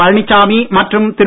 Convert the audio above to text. பழனிசாமி மற்றும் திரு